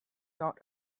not